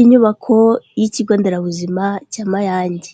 Inyubako y'ikigo nderabuzima cya Mayange,